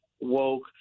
woke